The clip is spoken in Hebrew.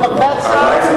למרבה הצער,